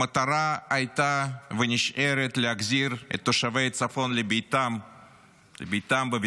המטרה הייתה ונשארת להחזיר את תושבי הצפון לביתם בביטחון,